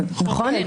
נכון?